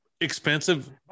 expensive